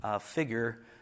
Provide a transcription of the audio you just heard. figure